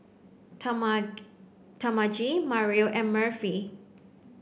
Talmage Mario and Murphy